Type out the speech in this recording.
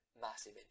massive